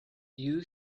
you